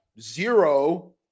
zero